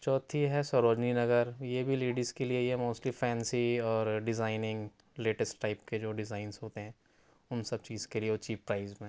چوتھی ہے سروجنی نگر یہ بھی لیڈیز کے لیے یہ موسٹلی فینسی اور ڈیزائیننگ لیٹیسٹ ٹائپ کے جو ڈیزائینس ہوتے ہیں اُن سب چیز کے لیے وہ چیپ پرائز میں